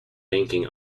banking